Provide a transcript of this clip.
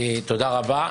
תודה רבה.